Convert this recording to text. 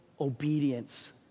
obedience